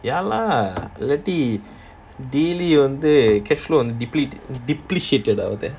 ya lah அது எப்படி:adhu epdi daily வந்து:vandhu cash flow depre~ depreciate ஆகுது:aguthu